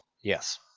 Yes